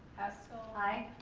hessel. aye.